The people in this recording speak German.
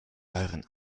euren